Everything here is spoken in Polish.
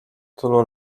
tylu